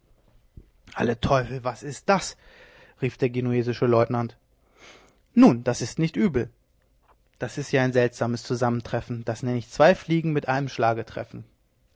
alle teufel was ist das rief der genuesische leutnant nun das ist nicht übel das ist ja ein seltsam zusammentreffen das nenn ich zwei fliegen mit einem schlag treffen